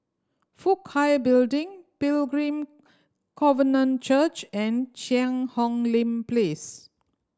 Fook Hai Building Pilgrim Covenant Church and Cheang Hong Lim Place